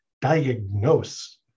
diagnose